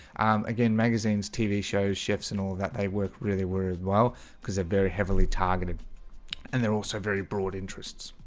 again magazines tv shows chefs and all that they work really were as well because they're very heavily targeted and they're also very broad interests